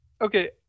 Okay